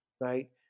right